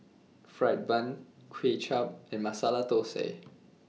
Fried Bun Kway Chap and Masala Thosai